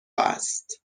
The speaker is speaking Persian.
است